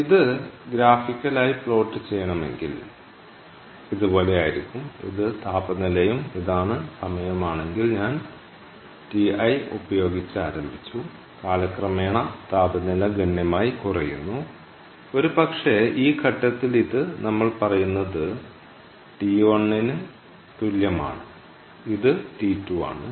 ഇത് ഗ്രാഫിക്കായി പ്ലോട്ട് ചെയ്യണമെങ്കിൽ ഇത് ഇതുപോലെയായിരിക്കും ഇത് താപനിലയും ഇതാണ് സമയവുമാണെങ്കിൽ ഞാൻ Ti ഉപയോഗിച്ച് ആരംഭിച്ചു കാലക്രമേണ താപനില ഗണ്യമായി കുറയുന്നു ഒരുപക്ഷേ ഈ ഘട്ടത്തിൽ ഇത് നമ്മൾ പറയുന്നത് τ1 ന് തുല്യമാണ് ഇത് τ2 ആണ്